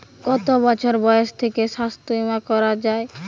কত বছর বয়স থেকে স্বাস্থ্যবীমা করা য়ায়?